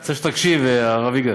רוצה שתקשיב, הרב יגאל.